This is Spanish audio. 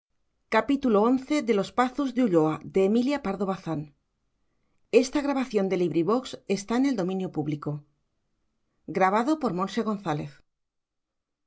los pazos de ulloa emilia pardo bazán